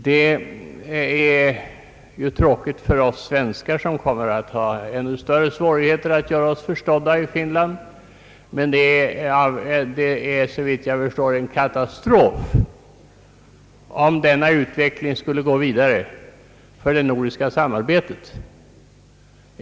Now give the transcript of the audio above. Det är ju tråkigt för oss svenskar som kommer att få ännu större svårigheter att göra oss förstådda i Finland, men för det nordiska samarbetet skulle det enligt min mening innebära en katastrof om denna utveckling gick vidare.